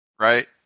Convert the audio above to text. right